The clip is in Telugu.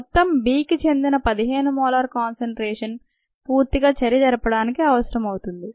మొత్తం B కుచెందిన 15 మోలార్ కాన్సన్ట్రేషన్ పూర్తిగా చర్య జరపడానికి అవసరం అవుతుంది